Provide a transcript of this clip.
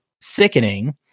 sickening